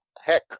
Heck